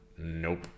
nope